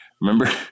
remember